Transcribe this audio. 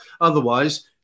Otherwise